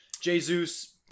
Jesus